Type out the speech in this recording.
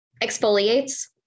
exfoliates